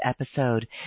episode